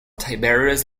tiberius